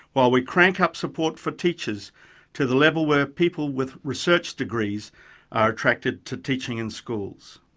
while we crank up support for teachers to the level where people with research degrees are attracted to teaching in schools.